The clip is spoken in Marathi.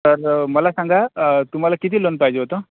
तर मला सांगा तुम्हाला किती लोन पाहिजे होतं